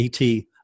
ET